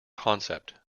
concept